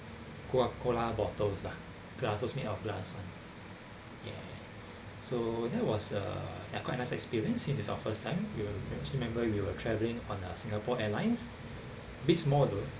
Coca Cola bottles lah glass was made of glass ah ya sot hat was uh a quite nice experience since it was our first time I actually remembered we were travelling on a Singapore Airlines beats more though